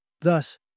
Thus